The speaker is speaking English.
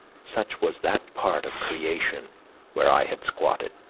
such was that part of creation where i had squatted